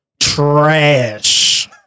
trash